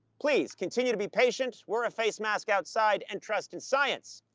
please continue to be patient, wear a face mask outside, and trust in science.